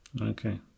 Okay